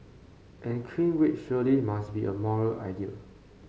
and clean wage surely must be a moral idea